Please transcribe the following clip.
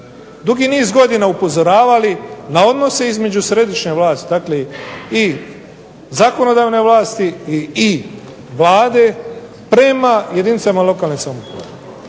dugi niz godina upozoravali na odnose između središnje vlasti, dakle i zakonodavne vlasti i Vlade prema jedinicama lokalne samouprave.